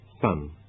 Sun